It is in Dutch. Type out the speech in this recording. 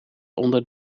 onder